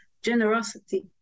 Generosity